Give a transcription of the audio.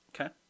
Okay